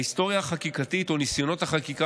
ההיסטוריה החקיקתית או ניסיונות החקיקה